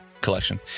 collection